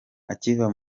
akiva